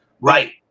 Right